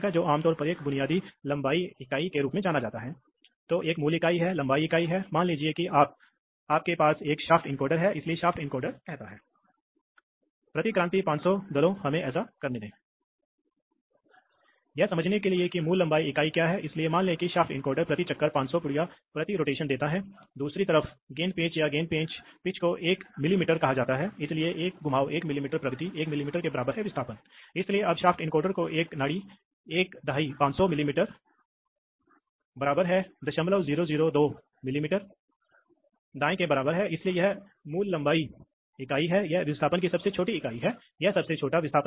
तो आम तौर पर एक रिले का उपयोग कर सकते हैं या शक्ति एम्पलीफायरों का उपयोग कर सकते हैं तो यह है इसलिए अंत में करंट ड्रिवेन है इस आकर्षण सिद्धांत का उपयोग करते हुए यह है आप को पता है कि क्या कहा जाता है यह है यह I2P कनवर्टर है और अक्सर एक फ्लैपर नोजल सिस्टम के रूप में संदर्भित किया जाता है इसलिए क्या होता है यदि यदि यह करंट प्रवाहित होता है तो यह शुरू हो जाएगा चलना शुरू हो जाएगा यह फ्लैप है यह फ्लैपर है यह करंट के आधार पर चलना शुरू करेगा और अगर यह चलना शुरू होता है तो वास्तव में इस अंतर को बहुत ही अतिरंजित दिखाया गया है वास्तव में यह अंतर बहुत छोटा है